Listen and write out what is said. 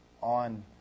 on